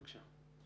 בבקשה.